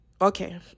Okay